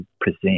present